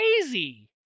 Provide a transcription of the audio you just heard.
crazy